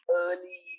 early